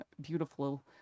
beautiful